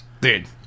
dude